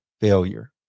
failure